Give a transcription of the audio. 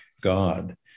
God